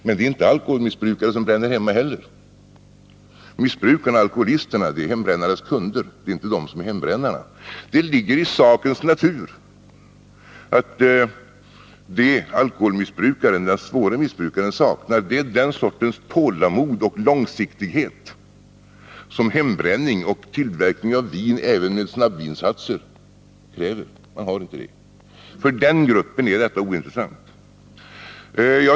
Men det är inte alkoholmissbrukarna som bränner hemma. Missbrukarna, alkoholisterna, är hembrännarnas kunder. Det är inte de som är hembrännare. Det ligger i sakens natur att vad de svåra alkoholmissbrukarna saknar är den sortens tålamod och långsiktighet som hembränning och tillverkning av vin även med snabbvinsatser kräver. De har inte det tålamodet. För den gruppen är alltså detta med snabbvin ointressant.